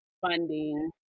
funding